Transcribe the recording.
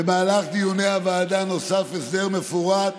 במהלך דיוני הוועדה נוסף הסדר מפורט